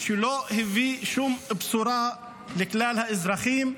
שלא הביא שום בשורה לכלל האזרחים.